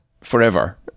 forever